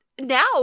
now